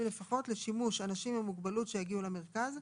לפחות לשימוש אנשים עם מוגבלות שיגיעו למרכז,